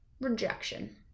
rejection